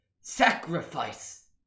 sacrifice